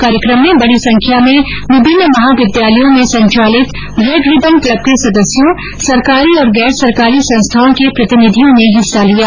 कार्यक्रम में बड़ी संख्या में विभिन्न महाविद्यालयों में संचालित रेड रिबन क्लब के सदस्यों सरकारी और गैर सरकारी संस्थाओं के प्रतिनिधियों ने हिस्सा लिया